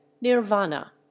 nirvana